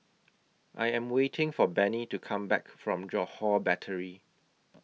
I Am waiting For Bennie to Come Back from Johore Battery